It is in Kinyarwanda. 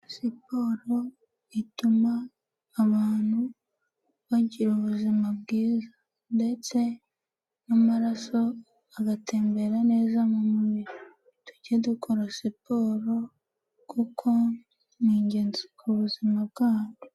Siporo ituma abantu bagira ubuzima bwiza ndetse n'amaraso agatembera neza. Tujye dukora siporo kuko ni ingenzi ku buzima bwacu.